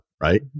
right